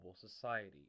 society